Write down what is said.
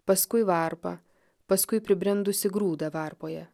paskui varpą paskui pribrendusį grūdą varpoje